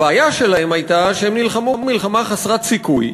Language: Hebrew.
הבעיה שלהם הייתה שהם נלחמו מלחמה חסרת סיכוי,